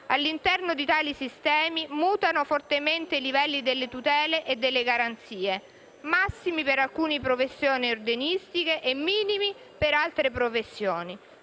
All'interno di tali sistemi mutano fortemente i livelli delle tutele e delle garanzie: massimi per alcune professioni ordinistiche e minimi per altre professioni.